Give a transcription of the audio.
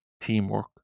teamwork